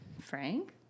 Frank